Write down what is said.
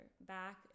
Back